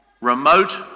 remote